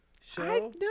show